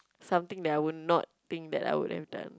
something that I would not think that I would have done